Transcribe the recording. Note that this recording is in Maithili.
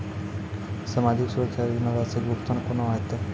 समाजिक सुरक्षा योजना राशिक भुगतान कूना हेतै?